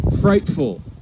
frightful